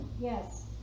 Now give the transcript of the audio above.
Yes